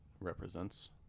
represents